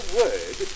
word